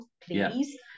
please